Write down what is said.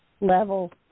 level